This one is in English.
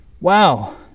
wow